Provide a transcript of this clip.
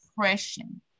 depression